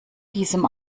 diesem